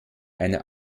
einer